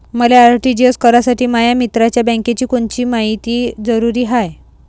मले आर.टी.जी.एस करासाठी माया मित्राच्या बँकेची कोनची मायती जरुरी हाय?